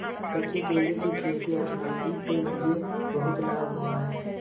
कच्चे केले की खेती अपनाने से मुझे बहुत लाभ हुआ है